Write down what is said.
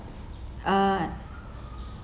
uh